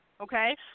okay